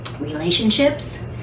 relationships